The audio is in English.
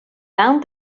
down